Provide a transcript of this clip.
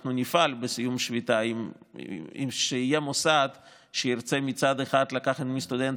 אנחנו נפעל בסיום שביתה כשיהיה מוסד שירצה מצד אחד לקחת מסטודנט